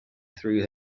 through